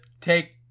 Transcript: take